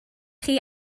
chi